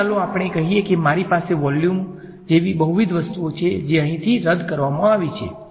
તેથી ચાલો આપણે કહીએ કે મારી પાસે વોલ્યુમ જેવી બહુવિધ વસ્તુઓ છે જે અહીંથી રદ કરવામાં આવી છે